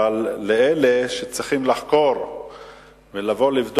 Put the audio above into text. אבל לאלה שצריכים לחקור ולבדוק,